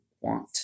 want